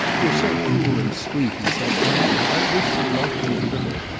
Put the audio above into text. you're so cool and sweet, he said. i i wish you liked me a little.